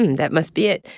and that must be it.